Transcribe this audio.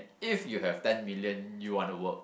if you have ten million you want to work